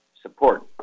support